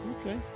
okay